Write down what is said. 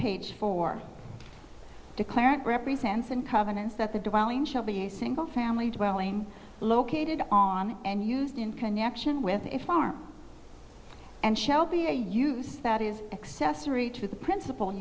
page four declare it represents and covenants that the dwelling shall be a single family dwelling located on and used in connection with a farm and shall be a use that is accessory to the principal